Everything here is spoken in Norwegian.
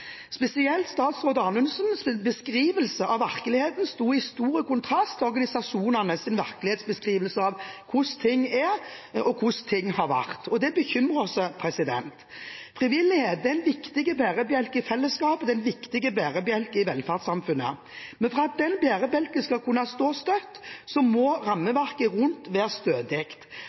Spesielt statsråd Anundsens beskrivelse av virkeligheten sto i stor kontrast til organisasjonenes virkelighetsbeskrivelse av hvordan ting er, og hvordan ting har vært. Det bekymrer oss. Frivillighet er en viktig bærebjelke i fellesskapet, det er en viktig bærebjelke i velferdssamfunnet. Men for at den bærebjelken skal kunne stå støtt, må